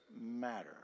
matter